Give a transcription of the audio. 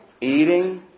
Eating